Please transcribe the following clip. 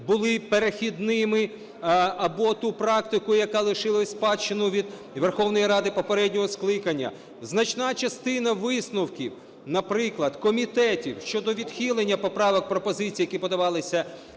були перехідними, або ту практику, яка лишилась в спадщину від Верховної Ради попереднього скликання, значна частина висновків, наприклад, комітетів щодо відхилення поправок (пропозицій), які подавалися